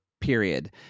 period